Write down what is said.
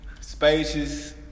spacious